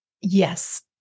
Yes